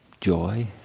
Joy